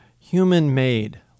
human-made